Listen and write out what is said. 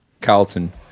Carlton